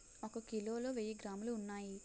ఒక కిలోలో వెయ్యి గ్రాములు ఉన్నాయి